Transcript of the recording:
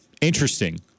interesting